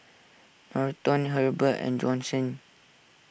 Norton Hebert and Johnson